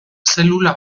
zelula